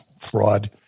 fraud